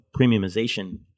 premiumization